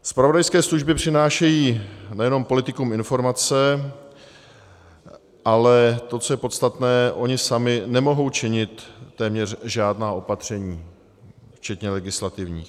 Zpravodajské služby přinášejí nejenom politikům informace, ale to, co je podstatné, ony samy nemohou činit téměř žádná opatření, včetně legislativních.